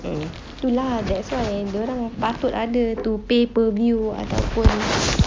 mm tu lah that's why dia orang patut ada to pay per view atau pun